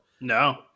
no